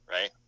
right